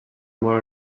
mort